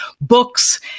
books